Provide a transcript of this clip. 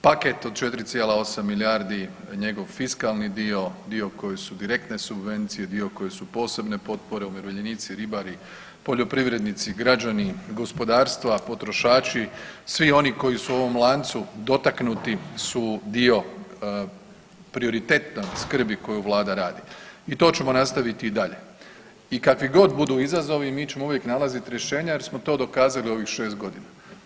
Paket od 4,8 milijardi njegov fiskalni dio, dio koji su direktne subvencije, dio koji su posebne potpore, umirovljenici, ribari, poljoprivrednici, građani, gospodarstva, potrošači, svi oni koji su u ovom lancu dotaknuti su dio prioritetne skrbi koju Vlada radi i to ćemo nastaviti i dalje i kakvi god budu izazovi, mi ćemo uvijek nalaziti rješenja jer smo to dokazali u ovih 6 godina.